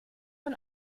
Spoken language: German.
von